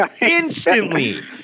Instantly